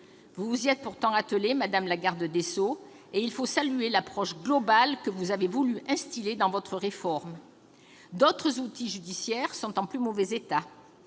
Vous vous y êtes pourtant attelée, madame la garde des sceaux, et il faut saluer l'approche globale que vous avez voulu suivre pour votre réforme. D'autres outils judiciaires sont en plus mauvais état